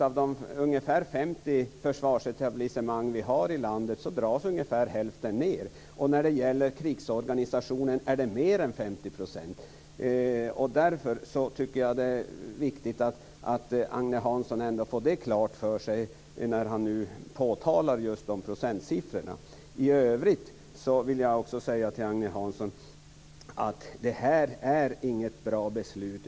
Av de ungefär 50 försvarsetablissemang vi har i landet dras ungefär hälften ned. När det gäller krigsorganisationen är det mer än 50 %. Jag tycker att det är viktigt att Agne Hansson har detta klart för sig när han pekar på just dessa procentsiffror. Jag vill i övrigt säga till Agne Hansson att det här inte är något bra beslut.